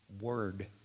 word